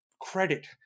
credit